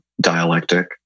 dialectic